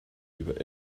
über